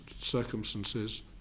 circumstances